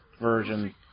version